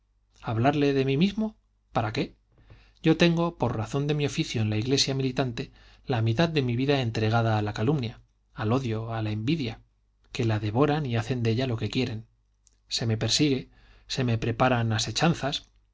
hablarle de mí mismo para qué yo tengo por razón de mi oficio en la iglesia militante la mitad de mi vida entregada a la calumnia al odio a la envidia que la devoran y hacen de ella lo que quieren se me persigue se me preparan asechanzas